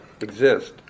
exist